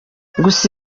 gusa